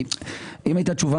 כי אם הייתה תשובה